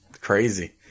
crazy